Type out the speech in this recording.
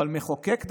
אבל מחוקק דמוקרטי,